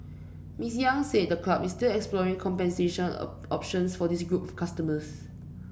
Miss Yang said the club is still exploring compensation options for this group customers